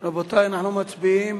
רבותי, אנחנו מצביעים